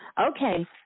Okay